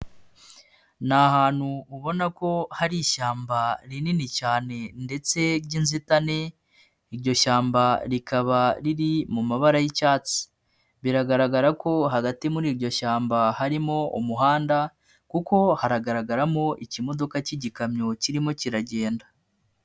Ni ahantu ubona ko hari ishyamba rinini cyane ndetse ry'inzitane, iryo shyamba rikaba riri mu mabara y'icyatsi, biragaragara ko hagati muri iryo shyamba harimo umuhanda kuko haragaragaramo ikimodoka cy'igikamyo kirimo kiragenda.